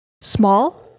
small